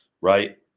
right